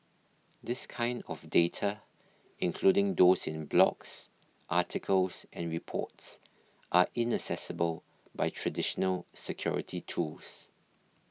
this kind of data including those in blogs articles and reports are inaccessible by traditional security tools